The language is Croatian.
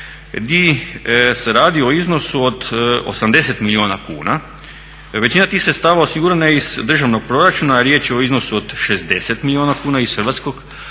di se radi o iznosu od 80 milijuna kuna. Većina tih sredstava osigurana je iz državnog proračuna, a riječ je o iznosu od 60 milijuna kuna iz hrvatskog proračuna,